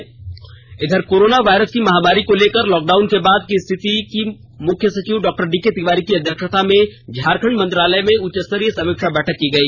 मुख्य सचिव इधर कोरोना वायरस की महामारी को लेकर लॉकडाउन के बाद की स्थिति की मुख्य सचिव डॉ डी के तिवारी की अध्यक्षता में झारखंड मंत्रालय में उच्चस्तरीय समीक्षा बैठक की गई